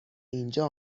اینجا